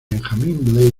benjamín